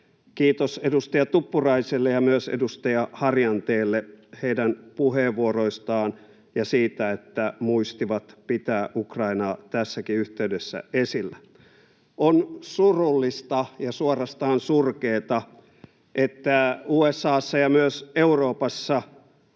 Kiitos edustaja Tuppuraiselle ja myös edustaja Harjanteelle heidän puheenvuoroistaan ja siitä, että muistivat pitää Ukrainaa tässäkin yhteydessä esillä. On surullista ja suorastaan surkeata, että USA:ssa ja myös Euroopassa